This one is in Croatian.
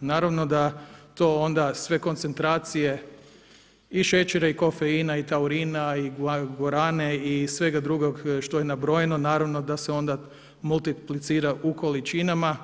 Naravno da to onda sve koncentracije i šećera i kofeina i taurina i guarane i svega drugog što je nabrojano, naravno da se onda multiplicira u količinama